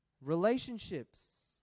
relationships